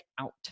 out